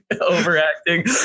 overacting